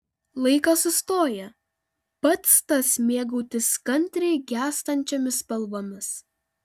laikas sustoja pats tas mėgautis kantriai gęstančiomis spalvomis